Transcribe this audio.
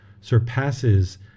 surpasses